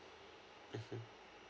mm